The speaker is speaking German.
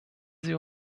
sie